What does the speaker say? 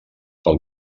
pel